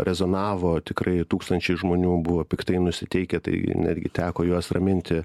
rezonavo tikrai tūkstančiai žmonių buvo piktai nusiteikę tai netgi teko juos raminti